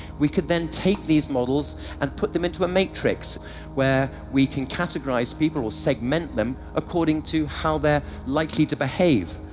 we could then take these models and put them into a matrix where we can categorise people or segment them according to how they're likely to behave.